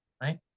Right